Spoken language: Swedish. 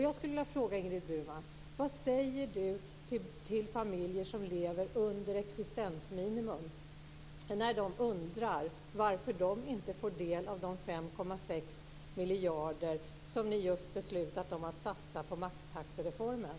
Jag skulle vilja fråga Ingrid Burman vad hon säger till familjer som lever under existensminimum när de undrar varför de inte får del av de 5,6 miljarder som ni just har beslutat om att satsa på maxtaxereformen.